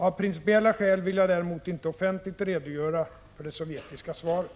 Av principiella skäl vill jag däremot inte offentligt redogöra för det sovjetiska svaret.